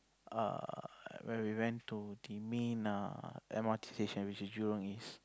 err when we went to the main err m_r_t station which is Jurong East